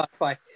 spotify